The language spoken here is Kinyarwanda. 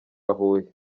huye